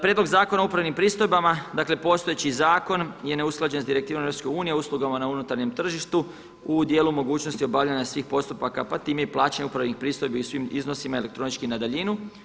Prijedlog zakona o upravnim pristojbama, dakle postojeći zakon je neusklađen sa direktivom EU, uslugama na unutarnjem tržištu u dijelu mogućnosti obavljanja svih postupaka, pa time i plaćanja upravnih pristojbi u svim iznosima elektronički na daljinu.